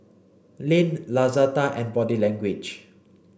Lindt Lazada and Body Language